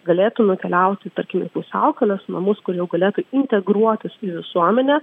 galėtų nukeliauti tarkim į pusiaukelės namus kur jau galėtų integruotis į visuomenę